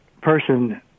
person